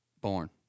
Born